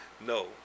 No